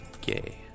gay